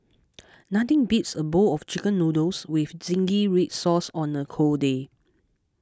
nothing beats a bowl of Chicken Noodles with Zingy Red Sauce on a cold day